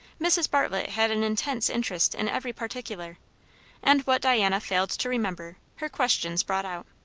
mrs. bartlett had an intense interest in every particular and what diana failed to remember, her questions brought out.